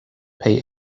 pay